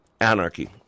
anarchy